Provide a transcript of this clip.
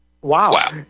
Wow